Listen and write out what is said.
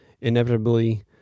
inevitably